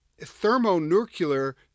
thermonuclear